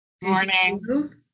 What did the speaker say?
Morning